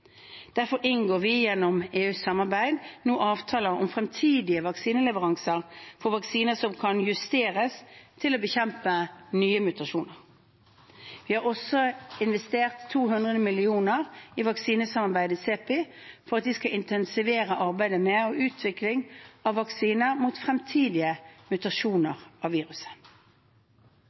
Derfor inngår vi gjennom EU-samarbeidet nå avtaler om fremtidige vaksineleveranser for vaksiner som kan justeres til å bekjempe nye mutasjoner. Vi har også investert 200 mill. kr i vaksinesamarbeidet CEPI for at de skal intensivere arbeidet med utvikling av vaksiner mot fremtidige mutasjoner av viruset.